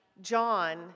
John